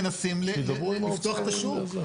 מנסים לפתוח את השוק.